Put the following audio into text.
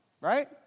Right